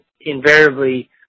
invariably